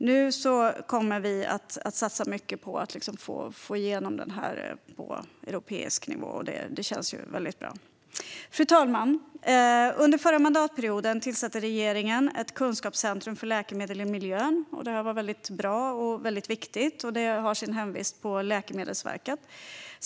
Nu kommer vi att satsa mycket på att få igenom detta på europeisk nivå. Det känns väldigt bra. Fru talman! Under den förra mandatperioden tillsatte regeringen ett kunskapscentrum för läkemedel i miljön. Det var väldigt bra och väldigt viktigt. Det har sin hemvist hos Läkemedelsverket.